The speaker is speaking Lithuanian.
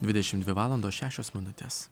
dvidešimt dvi valandos šešios minutės